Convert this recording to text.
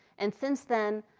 and since then,